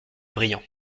brillants